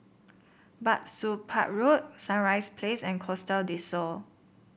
Bah Soon Pah Road Sunrise Place and Costa Del Sol